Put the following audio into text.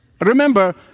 Remember